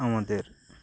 আমাদের